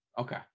Okay